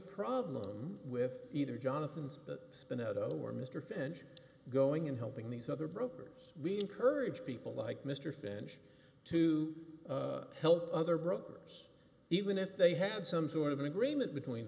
problem with either jonathan's that spin out o or mr finch going in helping these other brokers we encourage people like mr finch to help other brokers even if they had some sort of an agreement between